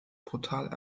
brutal